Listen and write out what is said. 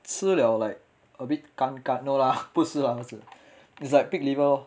吃了 like a bit 干干 no lah 不是啦不是 it's like pig's liver lor